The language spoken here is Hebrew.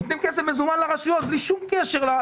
נותנים כסף מזומן לרשויות בלי שום קשר.